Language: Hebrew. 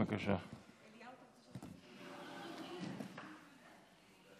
בבקשה.